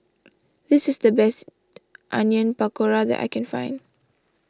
this is the best Onion Pakora that I can find